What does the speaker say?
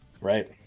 Right